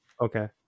Okay